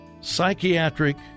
psychiatric